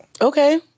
Okay